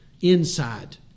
Inside